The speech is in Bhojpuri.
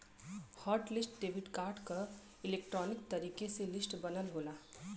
हॉट लिस्ट डेबिट कार्ड क इलेक्ट्रॉनिक तरीके से लिस्ट बनल होला